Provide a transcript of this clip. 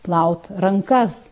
plaut rankas